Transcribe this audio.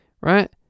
Right